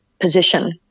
position